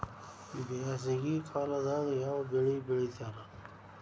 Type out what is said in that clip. ಬ್ಯಾಸಗಿ ಕಾಲದಾಗ ಯಾವ ಬೆಳಿ ಬೆಳಿತಾರ?